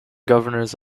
governors